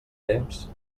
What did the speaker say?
temps